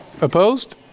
Opposed